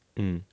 mm